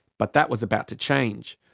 but that was about to change.